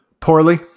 Poorly